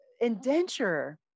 indenture